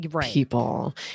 people